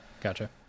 gotcha